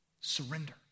Surrender